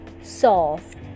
soft